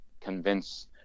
convince